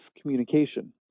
communication